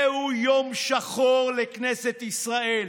זהו יום שחור לכנסת ישראל.